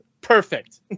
perfect